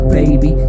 baby